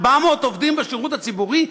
400 עובדים בשירות הציבורי?